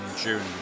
June